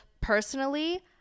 Personally